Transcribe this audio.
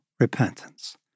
repentance